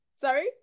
Sorry